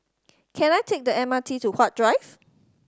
can I take the M R T to Huat Drive